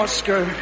Oscar